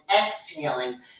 exhaling